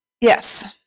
Yes